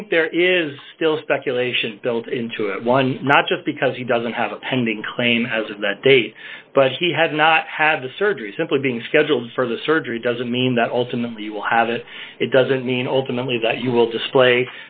think there is still speculation built into one not just because he doesn't have a pending claim as of that date but he has not had the surgery simply being scheduled for the surgery doesn't mean that ultimately you will have it it doesn't mean ultimately that you will display